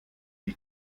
die